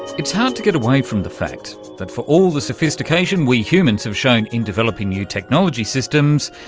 it's hard to get away from the fact that for all the sophistication we humans have shown in developing new technology systems,